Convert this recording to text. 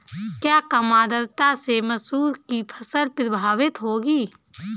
क्या कम आर्द्रता से मसूर की फसल प्रभावित होगी?